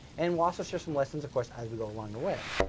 and we'll also share some lessons, of course, as we go along the way.